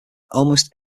almost